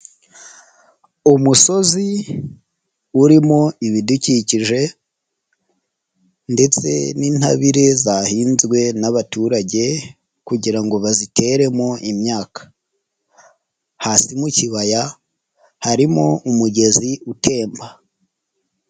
Umusozi urimo ibidukikije ndetse n'intabire zahinzwe n'abaturage kugira ngo baziteremo imyaka, hasi mu kibaya harimo umugezi utemba.